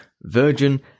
virgin